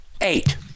eight